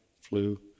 flu